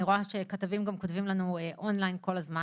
ואני רואה שכתבים גם כותבים לנו און-ליין כל הזמן